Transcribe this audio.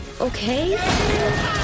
okay